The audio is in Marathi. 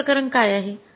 तिसरे प्रकरण काय आहे